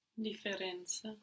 Differenza